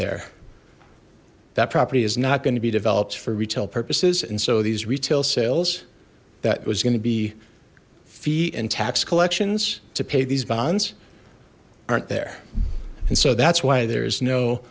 there that property is not going to be developed for retail purposes and so these retail sales that was going to be fee and tax collections to pay these bonds aren't there and so that's why there is no